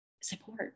support